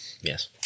Yes